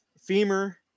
femur